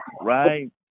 right